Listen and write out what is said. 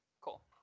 cool